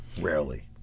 Rarely